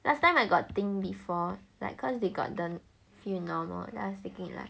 last time I got think before like cause they got the few normal then I was thinking like